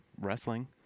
wrestling